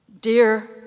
Dear